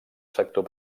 sector